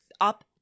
up